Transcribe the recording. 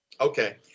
Okay